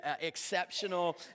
exceptional